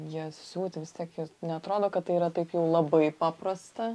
jas siūti vis tiek neatrodo kad tai yra tokių labai paprasta